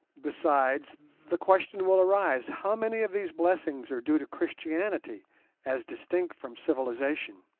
besides, the question will arise how many of these blessings are due to christianity as distinct from civilization?